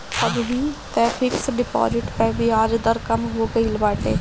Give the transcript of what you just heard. अबही तअ fix deposit पअ बियाज दर कम हो गईल बाटे